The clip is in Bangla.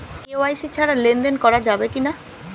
কে.ওয়াই.সি ছাড়া লেনদেন করা যাবে কিনা?